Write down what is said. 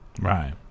Right